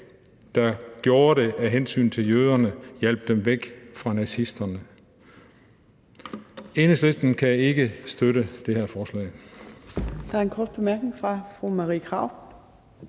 der gjorde det af hensyn til jøderne, altså hjalp dem væk fra nazisterne. Enhedslisten kan ikke støtte det her forslag.